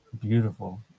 beautiful